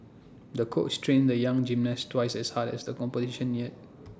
the coach trained the young gymnast twice as hard as the competition neared